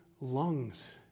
lungs